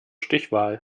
stichwahl